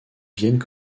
viennent